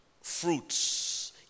fruits